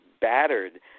battered